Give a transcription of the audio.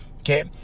Okay